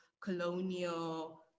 colonial